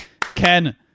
Ken